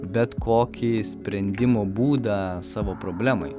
bet kokį sprendimo būdą savo problemai